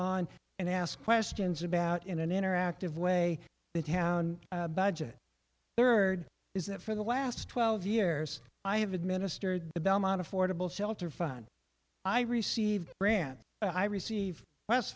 on and ask questions about in an interactive way the town budget third is that for the last twelve years i have administered the belmont affordable shelter fun i received brand i receive